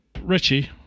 Richie